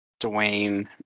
Dwayne